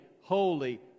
holy